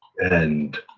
and